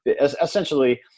essentially